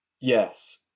Yes